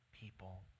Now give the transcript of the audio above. people